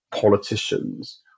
politicians